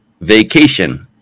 vacation